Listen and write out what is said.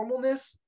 normalness